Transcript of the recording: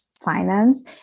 finance